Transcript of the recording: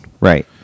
Right